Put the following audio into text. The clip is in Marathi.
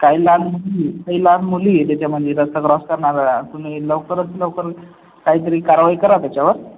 काही लहान मुली काही लहान मुली आहेत त्याच्यामध्ये रस्ता क्रॉस करणाऱ्या तुम्ही लवकरात लवकर काहीतरी कारवाई करा त्याच्यावर